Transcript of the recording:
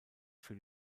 für